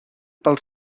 pel